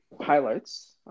highlights